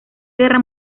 guerra